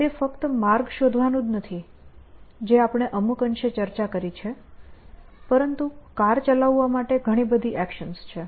તે ફક્ત માર્ગ શોધવાનું જ નથી જે આપણે અમુક અંશે ચર્ચા કરી છે પરંતુ કાર ચલાવવા માટે ઘણી બધી એક્શન છે